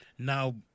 Now